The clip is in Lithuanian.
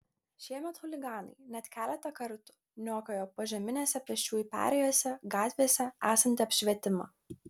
šiemet chuliganai net keletą kartų niokojo požeminėse pėsčiųjų perėjose gatvėse esantį apšvietimą